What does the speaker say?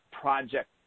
project